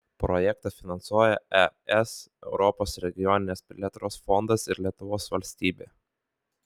projektą finansuoja es europos regioninės plėtros fondas ir lietuvos valstybė